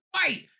fight